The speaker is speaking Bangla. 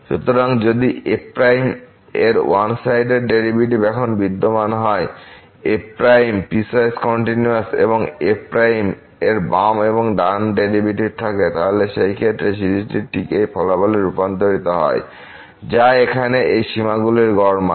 সুতরাং যদি f এর ওয়ান সাইডেড ডেরিভেটিভ এখন বিদ্যমান হয় f পিসওয়াইস কন্টিনিউয়াস এবং f এর বাম এবং ডান ডেরিভেটিভ থাকে তাহলে সেই ক্ষেত্রে সিরিজটি ঠিক এই ফলাফলে রূপান্তরিত হয় যা এখানে এই সীমাগুলির গড় মান